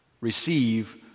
receive